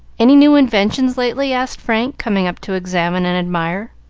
any new inventions lately? asked frank, coming up to examine and admire.